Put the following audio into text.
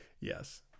Yes